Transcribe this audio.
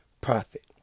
profit